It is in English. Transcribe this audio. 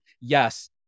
Yes